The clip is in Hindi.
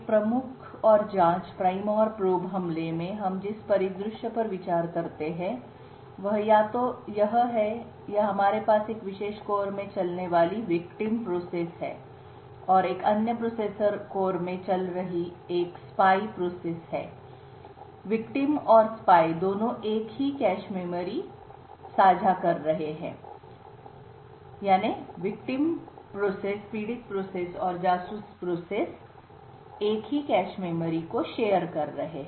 एक प्रमुख और जांचप्राइम और प्रोब हमले में हम जिस परिदृश्य पर विचार कर रहे हैं वह या तो यह है या हमारे पास एक विशेष कोर में चलने वाली विक्टिम प्रोसेस शिकार प्रक्रिया है और एक अन्य प्रोसेसर कोर में चल रही एक जासूस प्रक्रिया है पीड़ितविक्टिम और जासूस दोनों एक ही कैश मेमोरी साझा शेयर कर रहे हैं